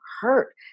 hurt